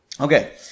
okay